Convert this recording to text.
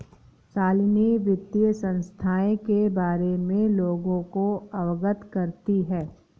शालिनी वित्तीय संस्थाएं के बारे में लोगों को अवगत करती है